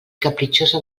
capritxosa